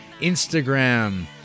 Instagram